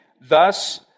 Thus